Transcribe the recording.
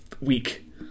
week